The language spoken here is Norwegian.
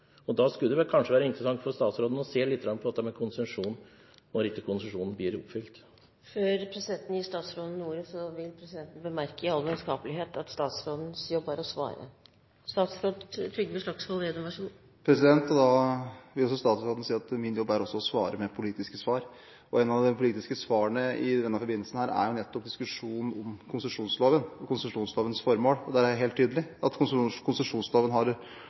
og den blir inndratt. Da skulle det kanskje være interessant for statsråden å se litt på dette med konsesjon når ikke konsesjonen blir oppfylt. Før presidenten gir statsråden ordet, vil presidenten i all vennskapelighet bemerke at statsrådens jobb er å svare. Da vil også statsråden si at min jobb er å svare med politiske svar, og et av de politiske svarene i denne forbindelse er nettopp diskusjonen om konsesjonsloven og dens formål. Der er jeg helt tydelig: Konsesjonsloven har